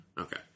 Okay